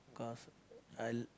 because I'll